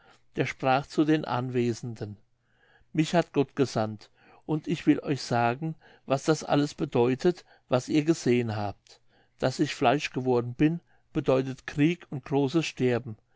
der sprach zu den anwesenden mich hat gott gesandt und ich will euch sagen was das alles bedeutet was ihr gesehen habt daß ich fleisch geworden bin bedeutet krieg und großes sterben